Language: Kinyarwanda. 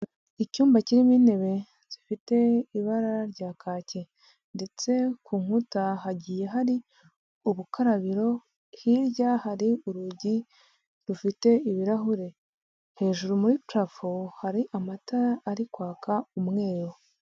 Icyumba kirimo intebe zifite ibara rya kake ndetse ku nkuta hagiye hari ubukarabiro, hirya hari urugi rufite ibirahure, hejuru muri purafo hari amatara ari kwaka umweru.